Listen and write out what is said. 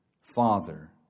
father